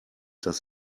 das